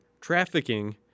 trafficking